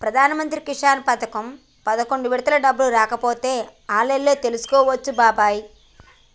ప్రధానమంత్రి కిసాన్ పథకం పదకొండు విడత డబ్బులు రాకపోతే ఆన్లైన్లో తెలుసుకోవచ్చు బాబాయి